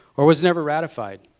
or was never ratified?